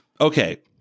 Okay